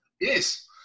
Yes